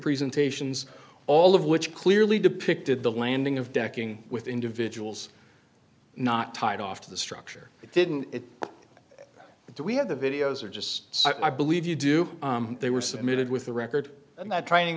presentations all of which clearly depicted the landing of decking with individuals not tied off to the structure didn't it do we have the videos or just so i believe you do they were submitted with the record and that training